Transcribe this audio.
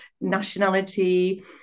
nationality